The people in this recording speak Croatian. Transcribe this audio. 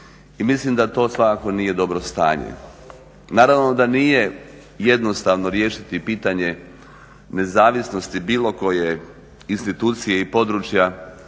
i mislim da to svakako nije dobro stanje. Naravno da nije jednostavno riješiti pitanje nezavisnosti bilo koje institucije i područja